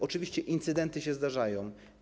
Oczywiście incydenty się zdarzają.